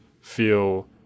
feel